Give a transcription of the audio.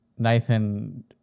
Nathan